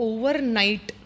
Overnight